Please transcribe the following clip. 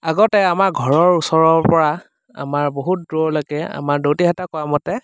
আগতে আমাৰ ঘৰৰ ওচৰৰ পৰা আমাৰ বহুত দূৰলৈকে আমাৰ দৌতিহঁতে কোৱা মতে